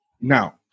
now